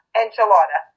enchilada